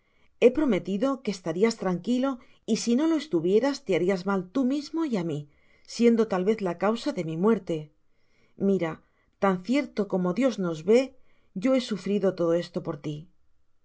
he prometido que estams tranquilo y si no lo estuvieras te harias mal tu misino y á mi siendo tal vez la causa de mi muerte mira tan cierto como dios nos vé ya he sufrido todo esto por ti